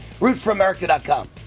RootForAmerica.com